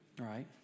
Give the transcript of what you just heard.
Right